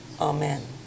Amen